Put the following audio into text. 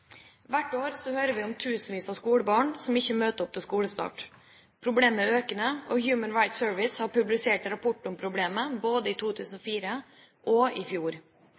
Hvert år hører vi om tusenvis av skolebarn som ikke møter opp til skolestart. Problemet er økende. Human Rights Service har publisert rapporter om problemet, både i 2004 og i fjor.